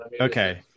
Okay